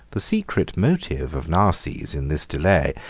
the secret motive of narses, in this delay,